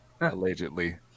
allegedly